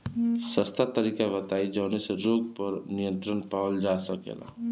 सस्ता तरीका बताई जवने से रोग पर नियंत्रण पावल जा सकेला?